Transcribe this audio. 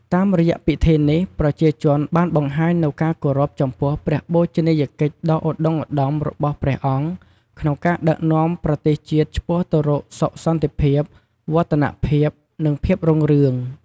តាមរយៈពិធីនេះ ប្រជាជនបានបង្ហាញនូវការគោរពចំពោះព្រះរាជបូជនីយកិច្ចដ៏ឧត្តុង្គឧត្តមរបស់ព្រះអង្គក្នុងការដឹកនាំប្រទេសជាតិឆ្ពោះទៅរកសុខសន្តិភាព វឌ្ឍនភាព និងភាពរុងរឿង។